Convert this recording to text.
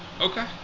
Okay